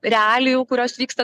realijų kurios vyksta